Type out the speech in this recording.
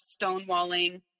stonewalling